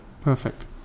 perfect